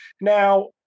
Now